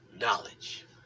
knowledge